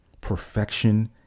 Perfection